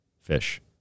fish